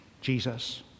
Jesus